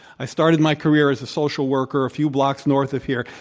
i started my career as a social worker a few blocks north of here.